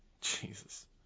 Jesus